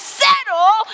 settle